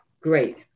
great